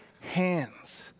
hands